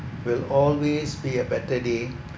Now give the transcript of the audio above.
will always be a better day